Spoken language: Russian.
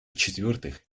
четвертых